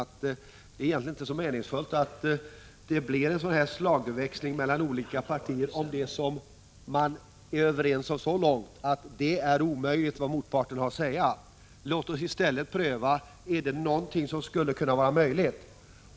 Det är egentligen inte så meningsfullt med en slagväxling mellan olika partier i frågor där man påstår att det som motparten har att säga är något som är omöjligt. Låt oss i stället pröva om det är någonting som skulle kunna vara möjligt.